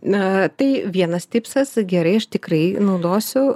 na tai vienas tipsas gerai aš tikrai naudosiu